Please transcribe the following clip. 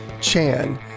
Chan